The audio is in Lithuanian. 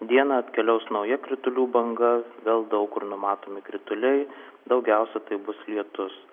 dieną atkeliaus nauja kritulių banga vėl daug kur numatomi krituliai daugiausia tai bus lietus